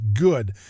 good